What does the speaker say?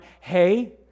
Hey